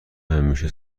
همیشه